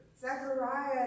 Zechariah